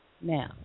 Now